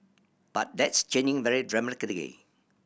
but that's changing very dramatically